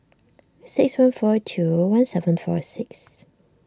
six one four two one seven four six